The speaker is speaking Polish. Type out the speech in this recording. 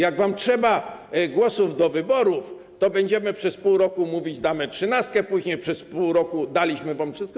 Jak wam trzeba głosów do wyborów, to będziecie przez pół roku mówić: damy trzynastkę, a później przez pół roku: daliśmy wam wszystko.